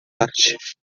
arte